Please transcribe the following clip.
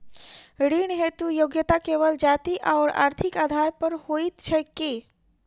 ऋण हेतु योग्यता केवल जाति आओर आर्थिक आधार पर होइत छैक की?